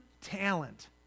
talent